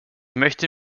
möchte